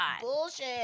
bullshit